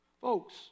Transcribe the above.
Folks